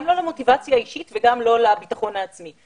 גם לא למוטיבציה האישית וגם לא לביטחון העצמי,